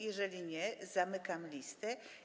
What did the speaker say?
Jeżeli nie, zamykam listę.